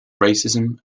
racism